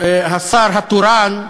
השר התורן,